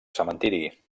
cementiri